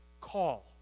call